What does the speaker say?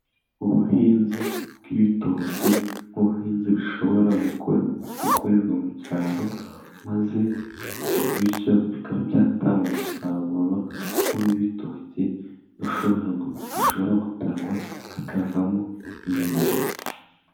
Ubuhinzi bw'ibitoki nk'ubuhinzi bushobora gukorerwa mu cyaro, maze bityo bikaba byatanga umusaruro nk'uw'ibitoki bishobora gutarwa hakavamo imineke.